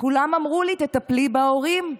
כולם אמרו לי: תטפלי בהורים,